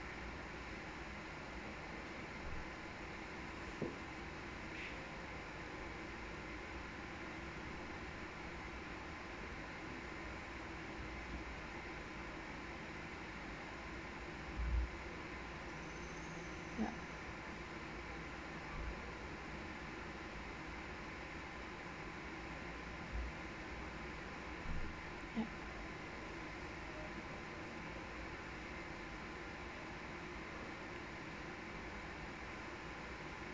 yup yup